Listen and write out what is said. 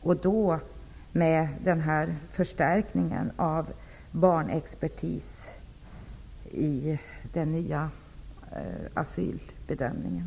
Den förstärkning av barnexpertisen jag talat om skall avspeglas i den nya asylbedömningen.